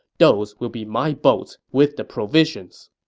those will be my boats with the provisions.